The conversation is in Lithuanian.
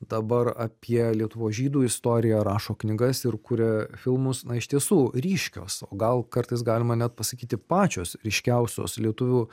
dabar apie lietuvos žydų istoriją rašo knygas ir kuria filmus na iš tiesų ryškios o gal kartais galima net pasakyti pačios ryškiausios lietuvių